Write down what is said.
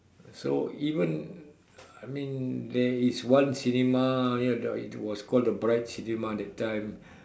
so even I mean there is one cinema near the it was called the bright cinema that time